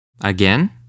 Again